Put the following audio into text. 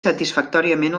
satisfactòriament